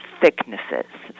thicknesses